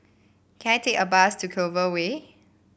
can I take a bus to Clover Way